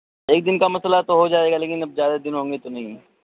ایک دن کا مسئلہ تو ہو جائے گا لیکن اب زیادہ دن ہوں گے تو نہیں